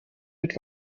mit